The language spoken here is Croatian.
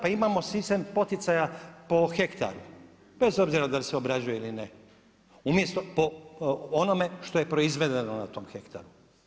Pa imamo sistem poticaja po hektaru, bez obzira da se obrađuje ili ne, umjesto po onome što je proizvedeno na tom hektaru.